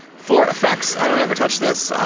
for effects. i don't ever touch this.